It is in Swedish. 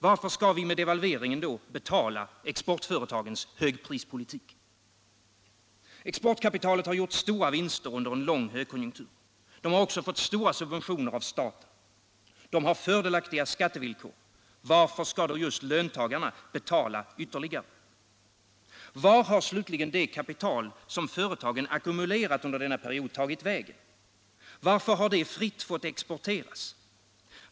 Varför skall vi då med devalveringen betala för exportföretagens högprispolitik? Exportkapitalet har gjort stora vinster under en lång högkonjunktur. Det har också fått stora subventioner av staten. Det har fördelaktiga skattevillkor. Varför skall då just löntagarna betala ytterligare? Och vart har slutligen det kapital som företagen ackumulerat under Om devalveringen denna period tagit vägen? Varför har det fritt fått exporteras?